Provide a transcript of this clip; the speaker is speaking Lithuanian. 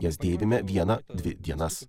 jas dėvime vieną dvi dienas